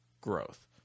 growth